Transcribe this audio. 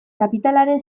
kapitalaren